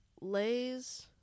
Lay's